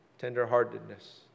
tenderheartedness